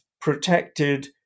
protected